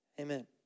Amen